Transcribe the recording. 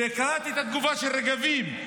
קראתי את התגובה של רגבים.